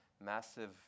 massive